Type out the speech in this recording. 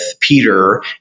Peter